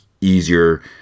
easier